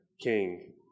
King